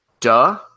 Duh